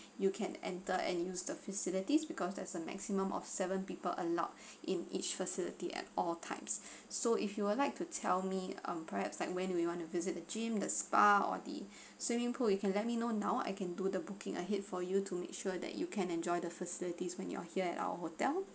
you can enter and use the facilities because there's a maximum of seven people allowed in each facility at all times so if you would like to tell me mm perhaps like when do you want to visit the gym the spa or the swimming pool you can let me know now I can do the booking ahead for you to make sure that you can enjoy the facilities when you are here at our hotel